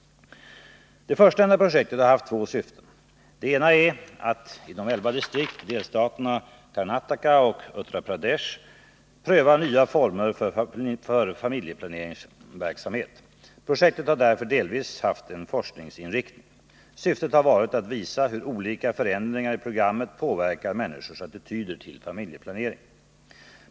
Det förstnämnda projektet har haft två syften. Det ena är att inom elva distrikt i delstaterna Karnataka och Uttar Pradesh pröva nya former för familjeplaneringsverksamhet. Projektet har därför delvis haft en forskningsinriktning. Syftet har varit att visa hur olika förändringar i programmet påverkar människors attityder till familjeplanering.